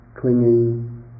clinging